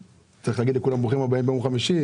צריך לומר לכולם ברוכים הבאים ביום חמישי.